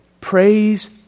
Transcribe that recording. Praise